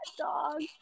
dog